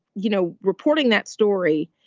you know, reporting that story,